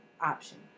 option